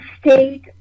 state